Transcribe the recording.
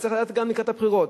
וצריך לדעת גם לקראת הבחירות,